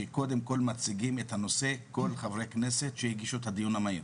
שקודם כל מציגים את הנושא כל חברי הכנסת שהגישו את הדיון המהיר.